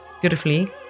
beautifully